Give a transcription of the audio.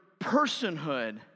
personhood